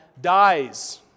dies